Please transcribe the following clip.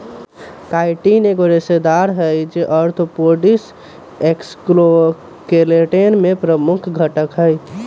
chitin एक रेशेदार हई, जो आर्थ्रोपोड्स के एक्सोस्केलेटन में प्रमुख घटक हई